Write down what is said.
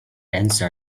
answered